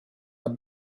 the